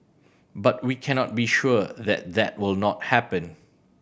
but we cannot be sure that that will not happen